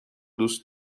دوست